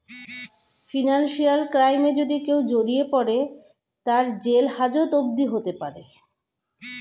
financial ক্রাইমে যদি কেও জড়িয়ে পরে, তার জেল হাজত অবদি হতে পারে